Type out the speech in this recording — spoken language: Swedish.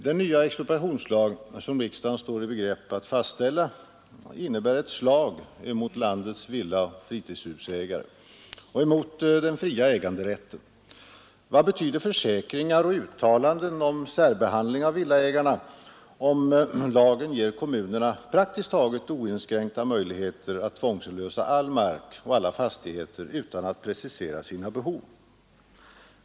Den nya expropriationslag, som riksdagen står i begrepp att fastställa, innebär ett slag emot landets villaoch fritidshusägare och emot den fria äganderätten. Vad betyder försäkringar och uttalanden om särbehandling av villaägarna om lagen ger kommunerna praktiskt taget oinskränkta möjligheter att tvångsinlösa all mark och alla fastigheter utan att precisera sina behov.